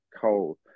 cold